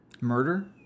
Murder